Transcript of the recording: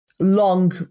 long